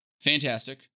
fantastic